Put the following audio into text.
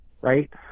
right